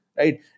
Right